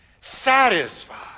Satisfied